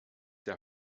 der